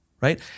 right